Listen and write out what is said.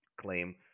claim